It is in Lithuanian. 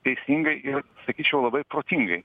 teisingai ir sakyčiau labai protingai